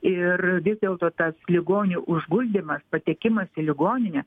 ir vis dėlto tas ligonių užguldymas patekimas į ligoninę